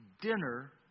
dinner